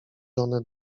żonę